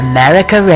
America